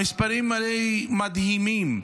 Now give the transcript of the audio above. המספרים הרי מדהימים.